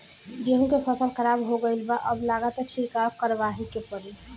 गेंहू के फसल खराब हो गईल बा अब लागता छिड़काव करावही के पड़ी